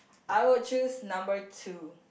I would choose number two